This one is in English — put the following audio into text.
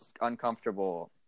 uncomfortable